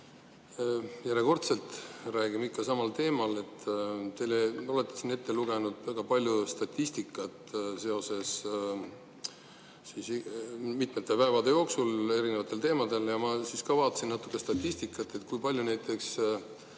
Järjekordselt räägime ikka samal teemal. Te olete siin ette lugenud väga palju statistikat mitmete päevade jooksul erinevatel teemadel. Ma siis vaatasin ka natuke statistikat, kui palju näiteks